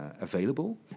available